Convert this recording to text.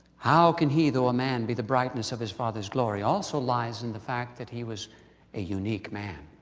how can he, though a man be the brightness of his father's glory? also lies in the fact that he was a unique man.